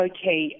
Okay